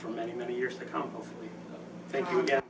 for many many years to come thank you again